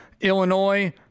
Illinois